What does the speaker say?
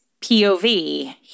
POV